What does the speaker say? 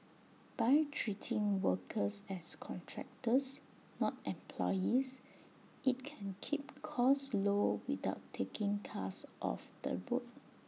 by treating workers as contractors not employees IT can keep costs low without taking cars off the road